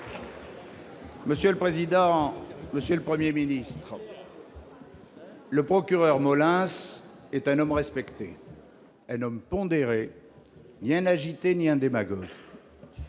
vous seul ! Monsieur le Premier ministre, le procureur Molins est un homme respecté, un homme pondéré, il n'est ni un agité, ni un démagogue.